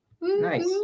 Nice